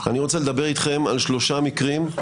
אני רוצה לדבר אתכם על שלושה מקרים,